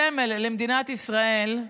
סמל למדינת ישראל,